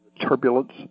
turbulence